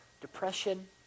depression